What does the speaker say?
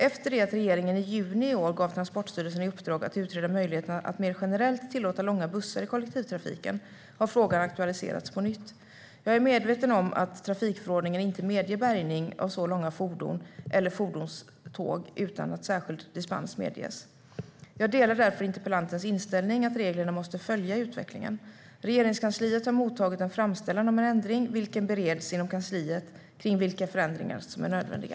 Efter det att regeringen i juni i år gav Transportstyrelsen i uppdrag att utreda möjligheterna att mer generellt tillåta långa bussar i kollektivtrafiken har frågan aktualiserats på nytt. Jag är medveten om att trafikförordningen inte medger bärgning av så långa fordon eller fordonståg utan att särskild dispens medges. Jag delar därför interpellantens inställning att reglerna måste följa utvecklingen. Regeringskansliet har mottagit en framställan om en ändring, och inom kansliet bereds vilka förändringar som är nödvändiga.